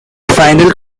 final